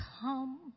come